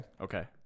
okay